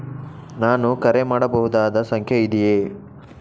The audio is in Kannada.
ನಾನು ಕರೆ ಮಾಡಬಹುದಾದ ಸಂಖ್ಯೆ ಇದೆಯೇ?